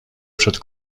przed